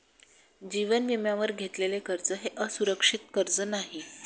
जीवन विम्यावर घेतलेले कर्ज हे असुरक्षित कर्ज नाही